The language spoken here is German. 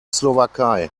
slowakei